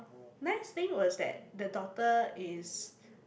nice thing was that the daughter is